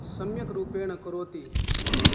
सम्यक् रूपेण करोति